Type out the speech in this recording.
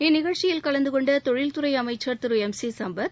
இந்நிகழ்ச்சியில் கலந்தகொண்ட தொழில்துறை அமைச்சர் திரு எம் சி சம்பத்